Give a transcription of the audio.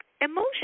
emotion